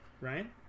Ryan